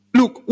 look